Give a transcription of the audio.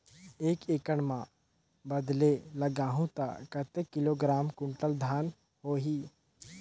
एक एकड़ मां बदले लगाहु ता कतेक किलोग्राम कुंटल धान होही?